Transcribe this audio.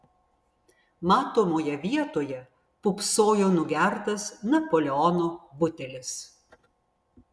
matomoje vietoj pūpsojo nugertas napoleono butelis